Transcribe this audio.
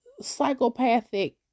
psychopathic